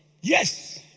Yes